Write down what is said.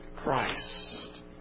Christ